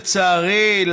לצערי,